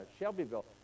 Shelbyville